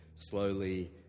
slowly